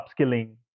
upskilling